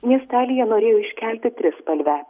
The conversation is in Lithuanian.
miestelyje norėjo iškelti trispalvę